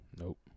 Nope